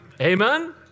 Amen